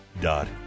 dot